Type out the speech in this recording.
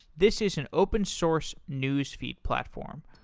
this is an open source newsfeed platform.